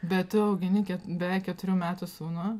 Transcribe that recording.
bet tu augini ke beveik keturių metų sūnų